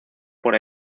por